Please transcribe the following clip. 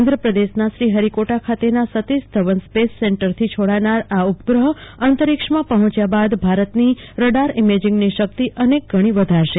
આંધ્રપ્રદેશના શ્રીહરિકોટા ખાતેના સતિશધવન સ્પેશ સેન્ટરથી છોટાનાર આ ઉપગ્રહ અંતરિક્ષણમાં પહોંચ્યા બાદ ભારતની રડાર ઈમેજિંગની શક્તિ અનેકવણી વધારશે